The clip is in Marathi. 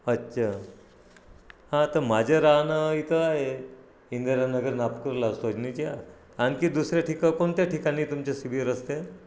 अच्छा हां तर माझं राहणं इथं आहे इंदिरानगर नागपूरला सजनीच्या आणखी दुसऱ्या ठिकाणं कोणत्या ठिकाणी तुमच्या शिबिर असते